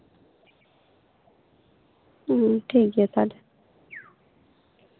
ᱦᱩᱸ ᱴᱷᱤᱠ ᱜᱮᱭᱟ ᱛᱟᱦᱞᱮ